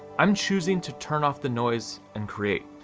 i'm choosing to turn off the noise and create.